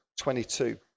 22